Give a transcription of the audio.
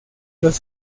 los